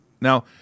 Now